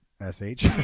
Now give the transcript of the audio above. S-H